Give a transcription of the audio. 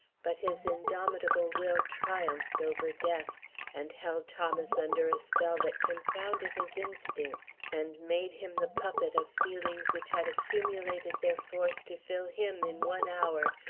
but his indomitable will triumphed over death and held thomas under a spell that confounded his instincts and made him the puppet of feelings which had accumulated their force to fill him, in one hour,